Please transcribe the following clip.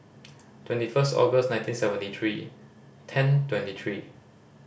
twenty first August nineteen seventy three ten twenty three